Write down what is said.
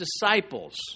disciples